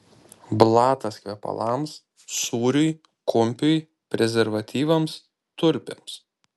blatas kvepalams sūriui kumpiui prezervatyvams tulpėms